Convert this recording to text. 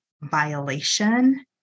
violation